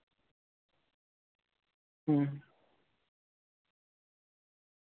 ᱦᱩᱸ